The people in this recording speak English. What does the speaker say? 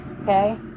okay